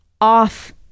off